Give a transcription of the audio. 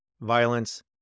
violence